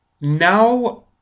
now